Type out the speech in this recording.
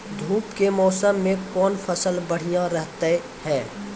धूप के मौसम मे कौन फसल बढ़िया रहतै हैं?